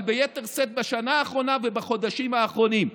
אבל ביתר שאת בשנה האחרונה ובחודשים האחרונים?